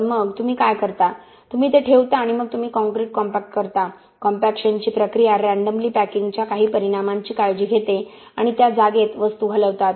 पण मग तुम्ही काय करता तुम्ही ते ठेवता आणि मग तुम्ही कॉंक्रिट कॉम्पॅक्ट करता कॉम्पॅक्शनची प्रक्रिया रँडमली पॅकिंगच्या काही परिणामांची काळजी घेते आणि त्या जागेत वस्तू हलवतात